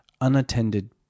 unattended